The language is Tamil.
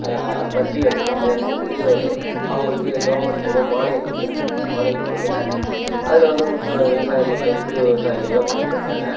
வட்டி வந்து கம்மியாக கொடுத்து அவர்களுக்கே கவர்மெண்ட் மூலம் மானியம் கொடுக்குறாங்க மானியம் கொடுக்குறதுல அதில்வந்து ஒரு சில விவசாய மக்கள் சிறு விவசாயிகளெல்லாம் பயன் பெறுகிறாங்க